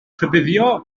rhybuddio